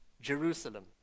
Jerusalem